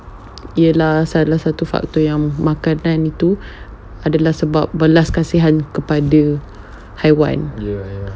ialah salah satu faktor yang makanan itu adalah sebab belas kasihan kepada haiwan